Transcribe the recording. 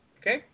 okay